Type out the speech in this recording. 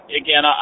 again